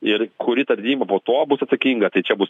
ir kuri tarnyba po to bus atsakinga tai čia bus